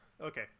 okay